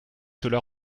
cela